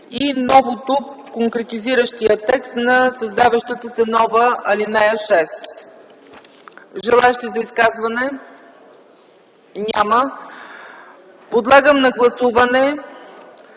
Новото – конкретизиращият текст на създаващата се нова ал. 6. Желаещи за изказвания? Няма. Подлагам на гласуване